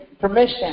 permission